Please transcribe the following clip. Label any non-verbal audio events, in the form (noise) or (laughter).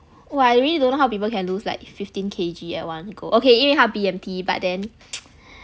!wah! I really don't know how people can lose like fifteen K_G at one go okay 因为他 B_M_T but then (noise)